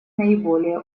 наиболее